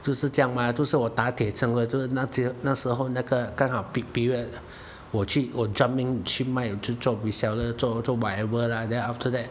就是这样吗就是我打铁趁热我就是那时那时候那个刚好 peak period 我去我 jump in 去卖去做 reseller 做做 whatever lah then after that